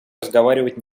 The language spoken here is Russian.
разговаривать